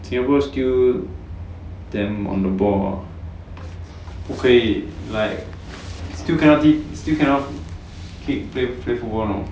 singapore still damn on the ball okay like still cannot sit still cannot kick play play football know